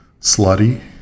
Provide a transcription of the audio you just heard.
slutty